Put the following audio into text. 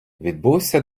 відбувся